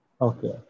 okay